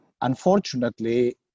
unfortunately